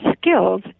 skills